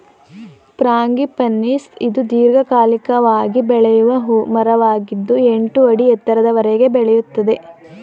frangipanis ಇದು ದೀರ್ಘಕಾಲಿಕವಾಗಿ ಬೆಳೆಯುವ ಹೂ ಮರವಾಗಿದ್ದು ಎಂಟು ಅಡಿ ಎತ್ತರದವರೆಗೆ ಬೆಳೆಯುತ್ತದೆ